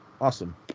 awesome